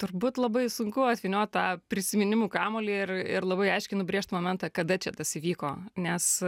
turbūt labai sunku atvyniot tą prisiminimų kamuolį ir ir labai aiškiai nubrėžt momentą kada čia tas įvyko nes